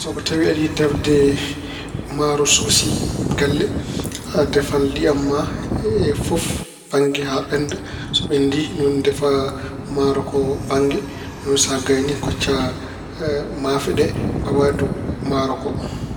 So ko tawi aɗa yiɗi defde maaro suusi galle, a defan liyam ma, e fof bannge haa ɓennda. So ɓenndi, ni woni ndefa maaro ko bannge. Ni woni sa gayni kocca maafe ɗe mbaɗa dow maaro ko.